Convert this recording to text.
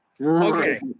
Okay